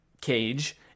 cage